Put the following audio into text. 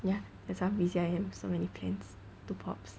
ya that's how busy I am so many plans too popz